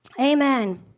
Amen